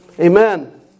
Amen